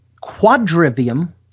quadrivium